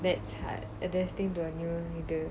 that's hard adjusting to a new either